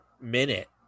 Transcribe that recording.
minute